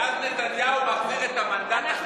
ואז נתניהו מחזיר את המנדט אחרי ההצבעה?